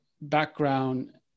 background